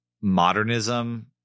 modernism